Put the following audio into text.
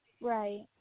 Right